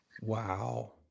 Wow